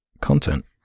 content